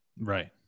right